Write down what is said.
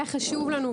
היה חשוב לנו,